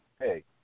hey